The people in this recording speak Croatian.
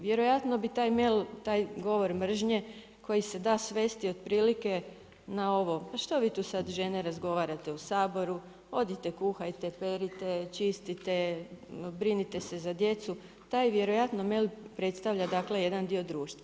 Vjerojatno bi taj mail, taj govor mržnje koji se da svesti otprilike na ovo „što vi tu sad žene razgovarate u Saboru, odite kuhajte, perite, čistite, brinite se za djecu“, taj vjerojatno mail predstavlja jedan dio društva.